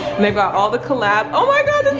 and they brought all the col-lab. oh my god,